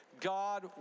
God